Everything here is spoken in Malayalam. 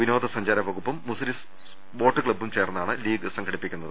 വിനോദ സഞ്ചാര വകുപ്പും മുസിരിസ് ബോട്ട് ക്ലബ്ബും ചേർന്നാണ് ലീഗ് സംഘ ടിപ്പിക്കുന്നത്